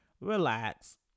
relax